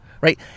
right